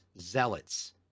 zealots